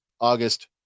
August